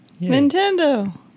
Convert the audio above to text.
Nintendo